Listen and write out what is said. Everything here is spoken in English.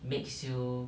makes you